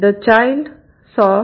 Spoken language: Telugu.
The child saw a cat